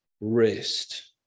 rest